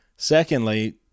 Secondly